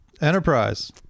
Enterprise